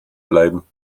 bleiben